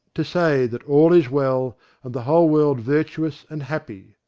to say that all is well and the whole world virtuous and happy.